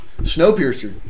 Snowpiercer